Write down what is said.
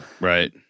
Right